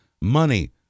Money